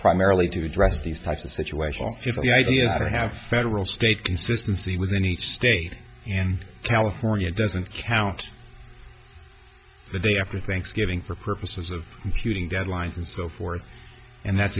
primarily to address these types of situations if the idea to have federal state consistency within each state in california doesn't count the day after thanksgiving for purposes of computing deadlines and so forth and that's